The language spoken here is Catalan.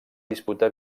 disputar